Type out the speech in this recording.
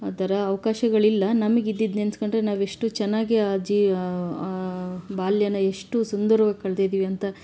ಆ ಥರ ಅವಕಾಶಗಳಿಲ್ಲ ನಮಗ್ ಇದ್ದಿದ್ದು ನೆನ್ಸ್ಕೊಂಡ್ರೆ ನಾವು ಎಷ್ಟು ಚೆನ್ನಾಗಿ ಅಜ್ಜಿ ಬಾಲ್ಯನ ಎಷ್ಟು ಸುಂದರ್ವಾಗಿ ಕಳ್ದಿದೀವಿ ಅಂತ